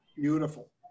Beautiful